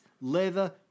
leather